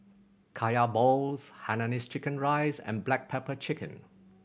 Kaya balls hainanese chicken rice and black pepper chicken